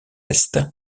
est